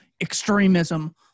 extremism